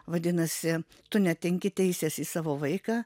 vadinasi tu netenki teisės į savo vaiką